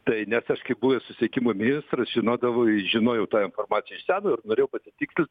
tai nes aš kaip buvęs susisiekimo ministras žinodavau žinojau tą informaciją iš seno ir norėjau pasitikslint